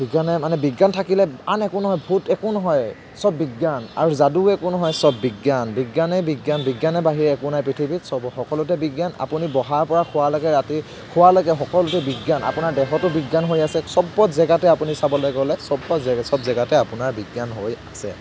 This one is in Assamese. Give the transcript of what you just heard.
বিজ্ঞানে মানে বিজ্ঞান থাকিলে আন একো নহয় ভূত একো নহয় চব বিজ্ঞান আৰু যাদুও একো নহয় চব বিজ্ঞান বিজ্ঞানে বিজ্ঞান বিজ্ঞানৰ বাহিৰে একো নাই পৃথিৱীত চব সকলোতে বিজ্ঞান আপুনি বহাৰপৰা শুৱালৈকে ৰাতি শুৱালৈকে সকলোতে বিজ্ঞান আপোনাৰ দেহতো বিজ্ঞান হৈ আছে চবত জেগাতে আপুনি চাবলৈ গ'লে চবৰ জাগাতে চব জাগাতে আপোনাৰ বিজ্ঞান হৈ আছে